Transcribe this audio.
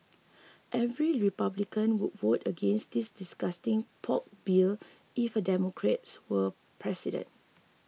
every Republican would vote against this disgusting pork bill if a Democrat were president